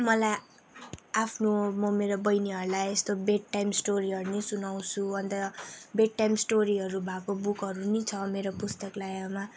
मलाई आफ्नो म मेरो बहिनीहरूलाई यस्तो बेड टाइम स्टोरीहरू पनि सुनाउँछु अन्त बेड टाइम स्टोरीहरू भएको बुकहरू पनि छ मेरो पुस्तकालयमा